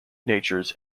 natures